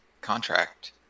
contract